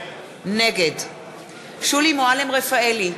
נגד שולי מועלם-רפאלי,